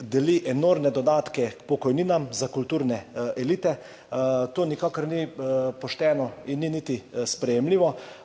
deli enormne dodatke k pokojninam za kulturne elite. To nikakor ni pošteno in ni niti sprejemljivo.